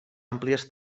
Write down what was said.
àmplies